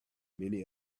many